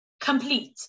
Complete